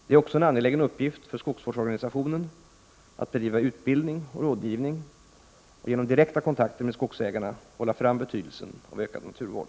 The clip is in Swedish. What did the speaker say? Det är också en angelägen uppgift för skogsvårdsorganisationen att bedriva utbildning och rådgivning och genom direkta kontakter med skogsägarna framhålla betydelsen av ökad naturvård.